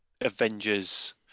Avengers